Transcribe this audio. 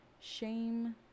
shame